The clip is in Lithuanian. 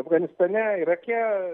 afganistane irake